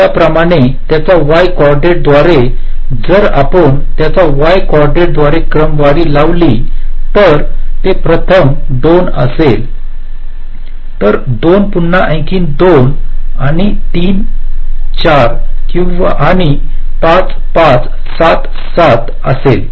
त्याचप्रमाणे त्यांच्या Y coordinates द्वारे जर आपण त्यांच्या वाय कॉर्डिनेट्स द्वारे क्रमवारी लावली तर ते प्रथम हे 2 असेल तर 2 पुन्हा आणखी 2 आणि 3 4 आणि 5 5 7 7 असेल